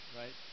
right